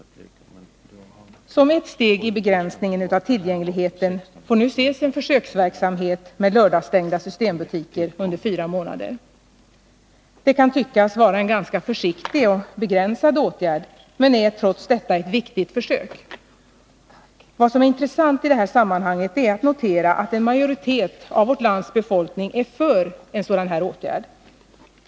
Som ett steg i begränsningen av tillgängligheten får nu ses en försöksverksamhet med lördagsstängda systembutiker under fyra månader. Det kan tyckas vara en ganska försiktig och begränsad åtgärd, men är trots detta ett viktigt försök. Det är i det här sammanhanget intressant att notera att en majoritet av vårt lands befolkning är för en sådan här åtgärd.